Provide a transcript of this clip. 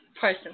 person